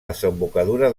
desembocadura